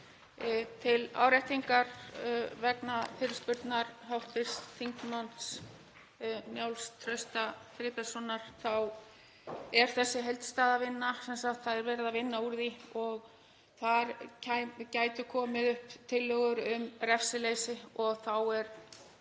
Til áréttingar vegna fyrirspurnar hv. þm. Njáls Trausta Friðbertssonar þá er þessi heildstæða vinna — það er verið að vinna úr því og þar gætu komið upp tillögur um refsileysi og þá er